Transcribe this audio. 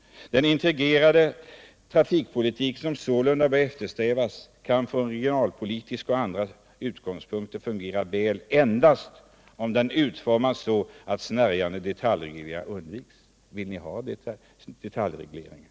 Den integrerade trafikpolitik som sålunda bör eftersträvas kan från regionalpolitiska och andra utgångspunkter fungera väl endast om den utformas så att snärjande detaljregleringar undviks.” Vill ni ha detaljregleringar?